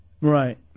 Right